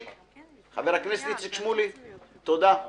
חבר הכנסת איציק שמולי, בבקשה.